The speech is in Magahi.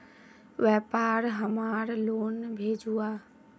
व्यापार हमार लोन भेजुआ?